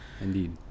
indeed